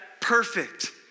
perfect